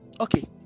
okay